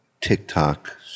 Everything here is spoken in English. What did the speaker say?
TikTok